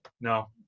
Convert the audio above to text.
no